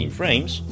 frames